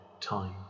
time